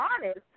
honest